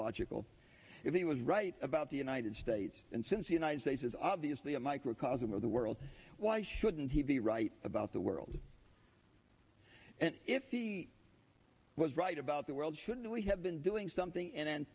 logical if he was right about the united states and since the united states is obviously a microcosm of the world why shouldn't he be right about the world and if he was right about the world should we have been doing something and